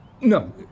No